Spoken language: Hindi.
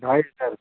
सर